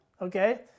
okay